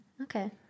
Okay